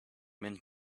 mint